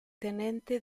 tenente